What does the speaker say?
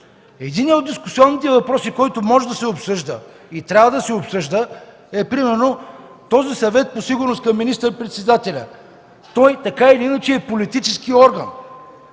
Единият от дискусионните въпроси, който може да се обсъжда и трябва да се обсъжда, е примерно този Съвет по сигурност към министър-председателя. Той така или иначе е политически орган.